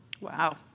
Wow